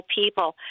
people